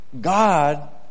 God